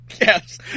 Yes